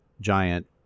giant